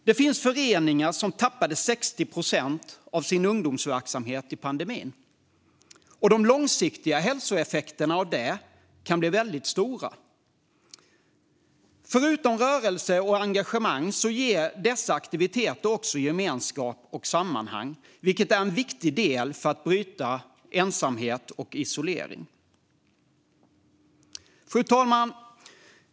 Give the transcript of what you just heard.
Det finns föreningar som tappade 60 procent av sin ungdomsverksamhet under pandemin, och de långsiktiga hälsoeffekterna av det kan bli väldigt stora. Förutom rörelse och engagemang ger dessa aktiviteter också gemenskap och sammanhang, vilket är en viktig del för att bryta ensamhet och isolering. Fru talman!